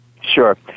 Sure